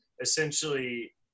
essentially